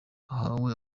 ahawe